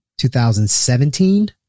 2017